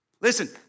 Listen